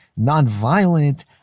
nonviolent